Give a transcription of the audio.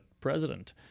president